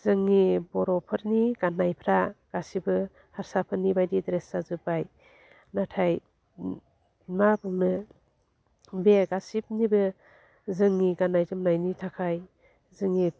जोंनि बर'फोरनि गान्नायफ्रा गासिबो हारसाफोरनि बादि ड्रेस जाजोब्बाय नाथाय मा बुंनो बे गासिबनिबो जोंनि गान्नाय जोमनायनि थाखाय जोंनि